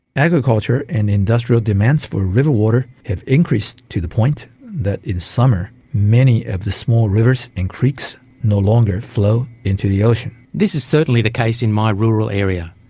agriculture and industrial demands for river water have increased to the point that in summer many of the small rivers and creeks no longer flow into the ocean. this is certainly the case in my rural area.